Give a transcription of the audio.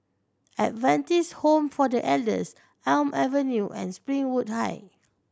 Adventist Home for The Elders Elm Avenue and Springwood Heights